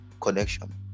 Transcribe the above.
connection